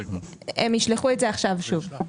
הם ישלחו את זה עכשיו שוב.